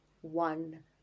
one